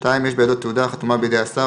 (2) יש בידו תעודה החתומה בידי השר,